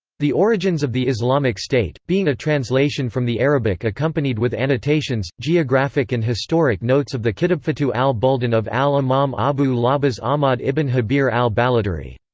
the origins of the islamic state being a translation from the arabic accompanied with annotations, geographic and historic notes of the kitabfutuh al-buldan of al-imam abu l'abbas ahmad ibn-jabir al-baladhuri.